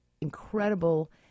incredible